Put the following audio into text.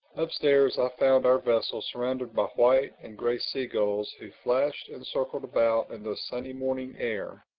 upstairs i found our vessel surrounded by white and gray seagulls who flashed and circled about in the sunny morning air,